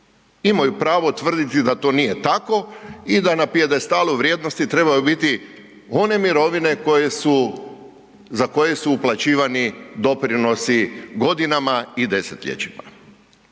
Imaju pravo tvrditi da to nije tako i da na pijedestalu vrijednosti trebaju biti one mirovine koje su, za koje su uplaćivani doprinosi godinama i desetljećima.